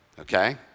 okay